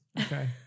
Okay